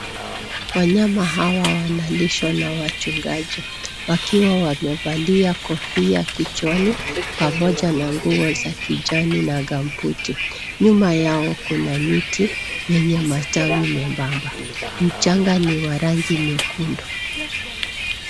Wanyama hawa wanalishwa na wachungaji wakiwa wamevaa kofia vichwani pamoja na nguo za kijani na gumbuti. Nyuma yao kuna miti yenye matawi membamba. Mchanga ni wa rangi nyekundu.